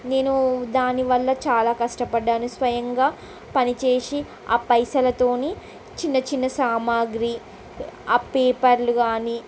నేను దాని వల్ల చాలా కష్టపడ్డాను స్వయంగా పనిచేసి ఆ పైసలతో చిన్న చిన్న సామాగ్రి ఆ పేపర్లు కానీ